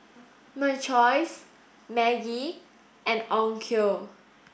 My Choice Maggi and Onkyo